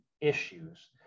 issues